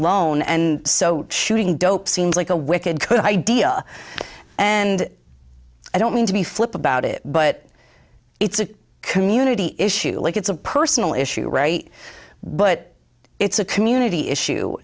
alone and so shooting dope seems like a wicked good idea and i don't mean to be flip about it but it's a community issue like it's a personal issue right but it's a community issue